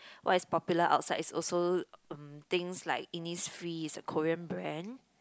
what is popular outside is also um things like Innisfree is a Korean brand